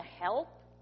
help